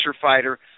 fighter